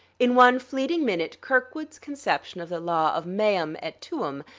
in one fleeting minute kirkwood's conception of the law of meum et tuum,